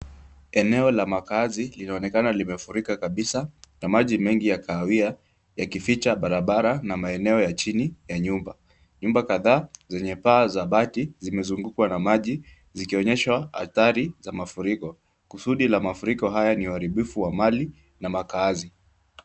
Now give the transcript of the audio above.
Eneo la makazi, linaonekana limefurika kabisa na maji mengi ya kahawia yakificha barabara na maeneo ya chini ya nyumba. Nyumba kadhaa zenye paa za bati zimezungukwa na maji, zikionyesha athari za mafuriko. Kusudi la mafuriko haya ni uharibifu wa mali na makazi.